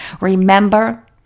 remember